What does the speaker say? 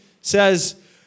says